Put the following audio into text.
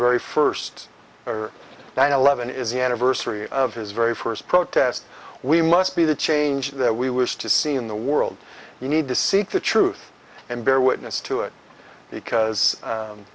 very first or nine eleven is the anniversary of his very first protest we must be the change that we wish to see in the world you need to seek the truth and bear witness to it because